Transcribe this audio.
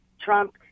Trump